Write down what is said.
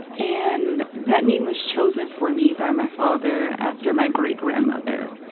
and that name was chosen for me by my father after my great-grandmother,